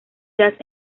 jazz